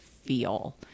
feel